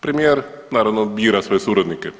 Premijer naravno bira svoje suradnike.